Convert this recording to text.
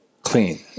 clean